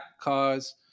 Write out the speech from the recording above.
cause